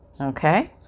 okay